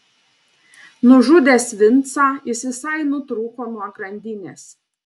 nužudęs vincą jis visai nutrūko nuo grandinės